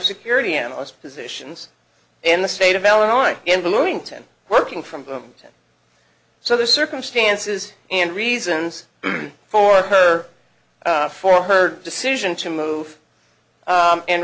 security analyst positions in the state of illinois in bloomington working from home so the circumstances and reasons for her for her decision to move